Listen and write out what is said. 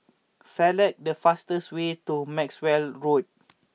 select the fastest way to Maxwell Road